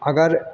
अगर